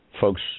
Folks